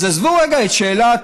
אז עזבו רגע את שאלת